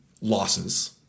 losses